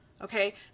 okay